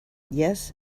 yes